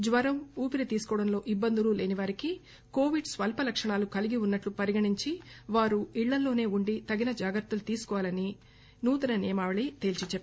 జ్వరం ఊపిరితీసుకోవడంలో ఇబ్బందులు లేనివారికి కోవిడ్ స్వల్ప లక్షణాలు కలిగి ఉన్నట్లు పరిగణించి వారు ఇళ్ళలోనే ఉండి తగిన జాగ్రత్తలు తీసుకోవాలని తేల్పి చెప్పింది